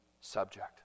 subject